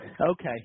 Okay